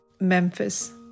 Memphis